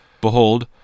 Behold